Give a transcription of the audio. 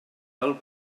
del